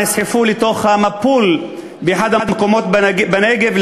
נסחפו לתוך המבול באחד המקומות בנגב.